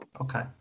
Okay